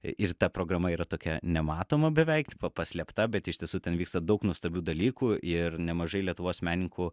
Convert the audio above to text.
ir ta programa yra tokia nematoma beveik paslėpta bet iš tiesų ten vyksta daug nuostabių dalykų ir nemažai lietuvos menininkų